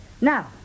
Now